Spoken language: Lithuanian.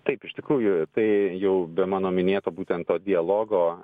taip iš tikrųjų tai jau be mano minėto būtent to dialogo